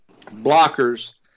blockers